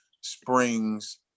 Springs